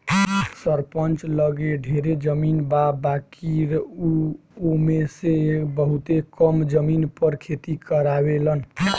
सरपंच लगे ढेरे जमीन बा बाकिर उ ओमे में से बहुते कम जमीन पर खेती करावेलन